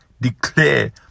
declare